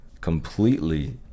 completely